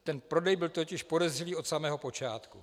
Ten prodej byl totiž podezřelý od samého počátku.